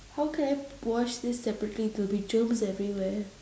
how can I wash this separately there'll be germs everywhere